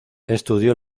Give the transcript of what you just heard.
estudió